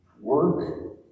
work